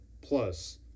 plus